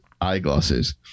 eyeglasses